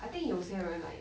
I think 有些人 like